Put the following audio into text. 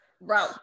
bro